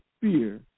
fear